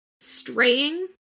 straying